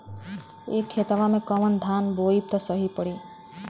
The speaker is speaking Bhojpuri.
ए खेतवा मे कवन धान बोइब त सही पड़ी?